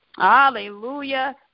Hallelujah